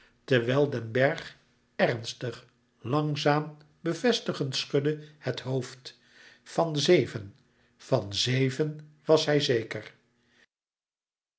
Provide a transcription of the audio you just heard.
terwijl den bergh ernstig langzaam bevestigend schudde het hoofd van zeven van zeven was hij zeker